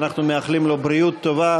ואנחנו מאחלים לו בריאות טובה,